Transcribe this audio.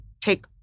take